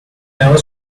never